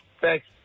Thanks